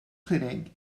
clinic